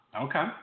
Okay